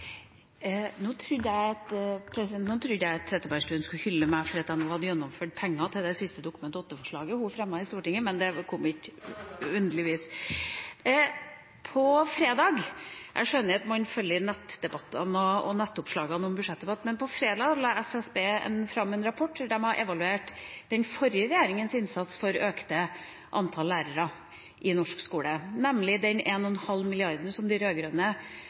Nå trodde jeg at representanten Trettebergstuen skulle hylle meg for at vi nå har «gjennomført» penger til det siste Dokument 8-forslaget hun fremmet i Stortinget, men slik ble det ikke. Jeg skjønner at man følger nettdebattene og nettoppslagene om budsjettet, men på fredag la SSB fram en rapport der man har evaluert den forrige regjeringas innsats for økt antall lærere i norsk skole, nemlig de 1,5 mrd. kr som de